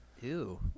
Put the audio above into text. Ew